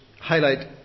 highlight